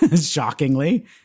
shockingly